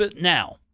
now